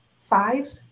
five